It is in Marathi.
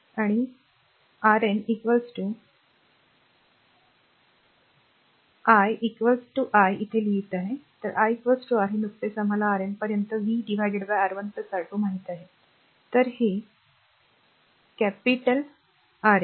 आणि R En आणि i r i इथे लिहीत आहे i r हे नुकतेच आम्हाला Rnपर्यंत v R1 R2 माहित आहे हे एक r Capital Rn